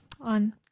on